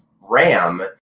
RAM